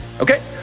Okay